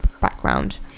background